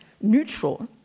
neutral